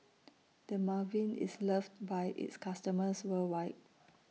Dermaveen IS loved By its customers worldwide